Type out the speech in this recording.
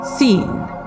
Scene